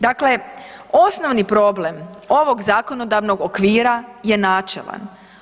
Dakle, osnovni problem ovog zakonodavnog okvira je načelan.